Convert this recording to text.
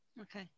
Okay